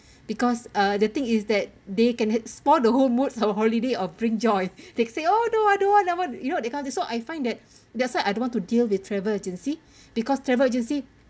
because uh the thing is that they can spoil the whole mood our holiday or bring joy they say oh no I don't want I want you know this kind of thing so I find that that's why I don't want to deal with travel agency because travel agency